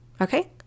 okay